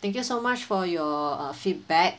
thank you so much for your err feedback